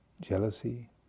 jealousy